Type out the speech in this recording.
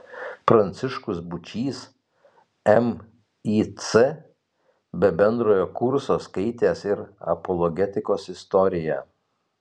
pranciškus būčys mic be bendrojo kurso skaitęs ir apologetikos istoriją